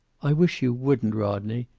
i wish you wouldn't, rodney.